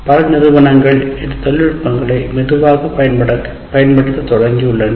பல நிறுவனங்கள் தொழில்நுட்பத்தை மெதுவாக பயன்படுத்தத் தொடங்கி உள்ளன